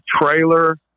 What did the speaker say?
trailer